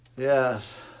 Yes